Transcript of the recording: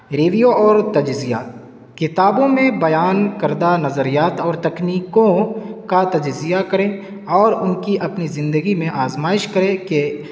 review اور تجزیہ کتابوں میں بیان کردہ نظریات اور تکنیکوں کا تجزیہ کریں اور ان کی اپنی زندگی میں آزمائش کریں کہ